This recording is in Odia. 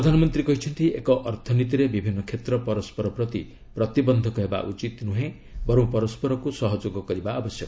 ପ୍ରଧାନମନ୍ତ୍ରୀ କହିଛନ୍ତି ଏକ ଅର୍ଥନୀତିରେ ବିଭିନ୍ନ କ୍ଷେତ୍ର ପରସ୍କର ପ୍ରତି ପ୍ରତିବନ୍ଧକ ହେବା ଉଚିତ୍ ନୁହେଁ ବରଂ ପରସ୍କରକୁ ସହଯୋଗ କରିବା ଉଚିତ୍